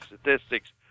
statistics